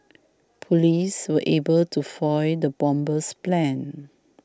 police were able to foil the bomber's plans